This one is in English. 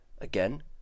Again